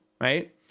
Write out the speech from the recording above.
Right